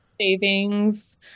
savings